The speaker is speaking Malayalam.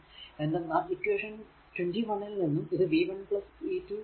എന്തെന്നാൽ ഇക്വേഷൻ 21 ൽ നിന്നും ഇത് v 1 v 2 ആണ്